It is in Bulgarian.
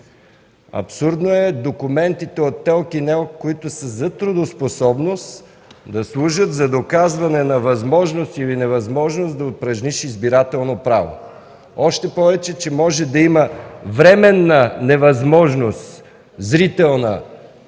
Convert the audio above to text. Абсурдно е документите от ТЕЛК и НЕЛК, които са за трудоспособност, да служат за доказване на възможност или невъзможност да упражниш избирателно право. Още повече, че може да има временна невъзможност – зрителна